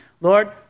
Lord